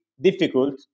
difficult